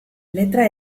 letra